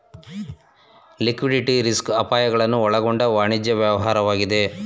liquidity risk ಅಪಾಯಗಳನ್ನು ಒಳಗೊಂಡ ವಾಣಿಜ್ಯ ವ್ಯವಹಾರವಾಗಿದೆ